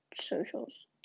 socials